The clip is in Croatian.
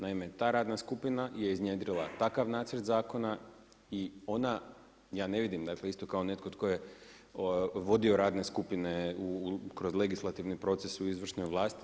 Naime, ta radna skupina je iznjedrila takav nacrt zakona i ona ja ne vidim, dakle isto kao netko tko je vodio radne skupine kroz legislativni proces u izvršnoj vlasti.